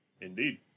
Indeed